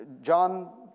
John